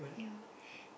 yeah